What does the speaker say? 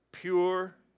Pure